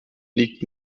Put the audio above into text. liegt